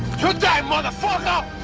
you die, motherfucker!